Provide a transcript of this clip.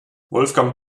wolfgang